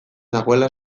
nagoela